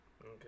Okay